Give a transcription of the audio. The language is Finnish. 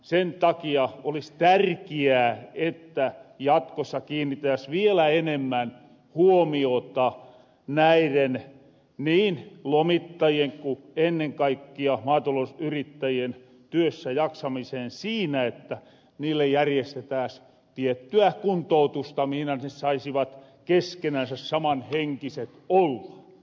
sen takia olis tärkiää että jatkossa kiinnitettäs vielä enemmän huomiota näiren niin lomittajien ku ennen kaikkia maatalousyrittäjien työssä jaksamiseen siinä että niille järjestettääs tiettyä kuntoutusta mihinä saisivat keskenänsä samanhenkiset olla